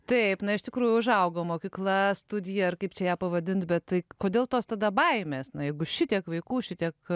taip na iš tikrųjų užaugo mokykla studija ar kaip čia ją pavadint bet tai kodėl tos tada baimės na jeigu šitiek vaikų šitiek